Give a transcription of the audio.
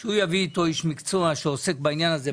שהוא יביא איתו איש מקצוע שעוסק בעניין הזה,